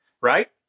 right